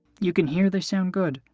you can hear they sound good,